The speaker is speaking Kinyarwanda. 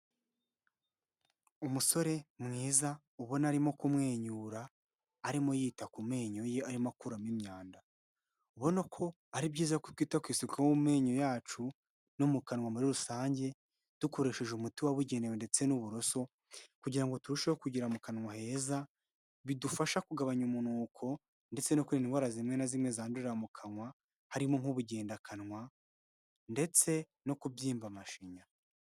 Umusore mwiza ubona arimo kumwenyura, arimo yita ku menyo ye ayakuramo imyanda, urabona ko ari byiza ko twita ku isuku yo mu menyo yacu no mu kanwa muri rusange dukoresheje umuti wabugenewe ndetse n'uburoso kugira ngo turusheho kugira mu kanwa heza, bidufasha kugabanya umunuko ndetse no kwirinda indwara zimwe na zimwe zandurira mu kanwa harimo nk'ubugendakanwa ndetse no kubyimba amashinya.